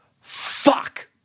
Fuck